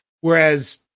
Whereas